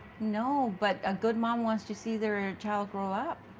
no, but a good mom wants to see their child grow up.